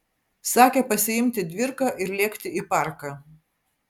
sakė pasiimti dvirką ir lėkti į parką